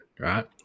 Right